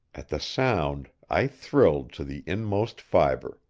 at the sound i thrilled to the inmost fiber.